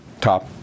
top